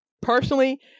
personally